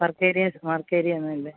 work area work area ഒന്നുമല്ലേ